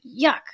Yuck